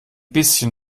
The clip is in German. bisschen